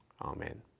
Amen